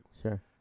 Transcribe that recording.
Sure